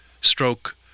stroke